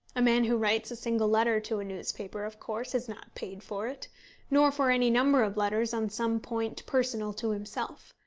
a man who writes a single letter to a newspaper of course is not paid for it nor for any number of letters on some point personal to himself.